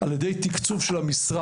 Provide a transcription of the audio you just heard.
על ידי תקצוב של המשרד,